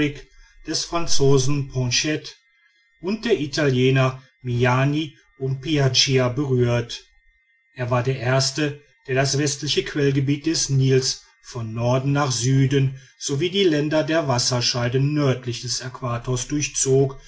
des franzosen poncet und der italiener miani und piaggia berührt er war der erste der das westliche quellgebiet des nil von norden nach süden sowie die länder der wasserscheide nördlich des äquators durchzog